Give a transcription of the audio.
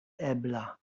ebla